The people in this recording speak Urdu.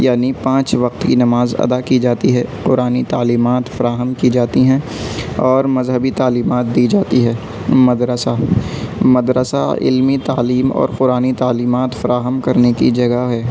یعنی پانچ وقت کی نماز ادا كی جاتی ہے قرآنی تعلیمات فراہم کی جاتی ہیں اور مذہبی تعلیمات دی جاتی ہے مدرسہ مدرسہ علمی تعلیم اور قرآنی تعلیمات فراہم کرنے کی جگہ ہے